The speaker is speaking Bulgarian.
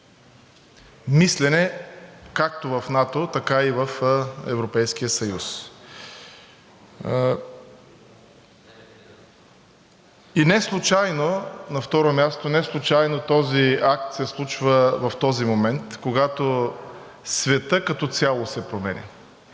мислене както в НАТО, така и в Европейския съюз. На второ място, неслучайно този акт се случва в този момент, когато светът като цяло се променя.